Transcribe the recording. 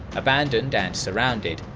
abandoned and surrounded,